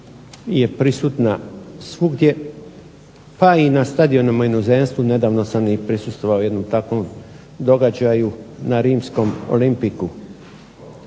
je prisutna svugdje pa i na stadionima u inozemstvu. Nedavno sam i pristustvovao jednom takvom događaju na rimskom Olimpycu.